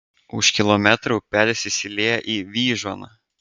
už kilometro upelis įsilieja į vyžuoną